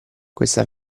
questa